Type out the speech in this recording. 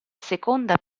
seconda